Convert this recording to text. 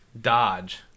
dodge